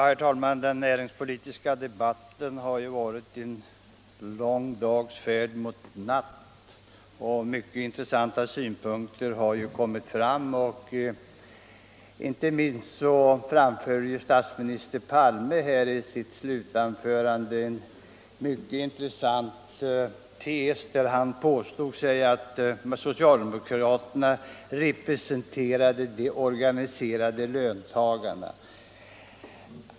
Herr talman! Den finanspolitiska debatten har varit en lång dags färd mot natt, och mycket intressanta synpunkter har kommit fram. Inte minst framförde statsminister Palme i sitt avslutningsanförande den mycket intressanta tesen om att socialdemokraterna representerade de organiserade löntagarna.